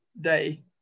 day